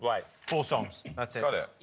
like four songs, that's it. got it.